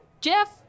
Jeff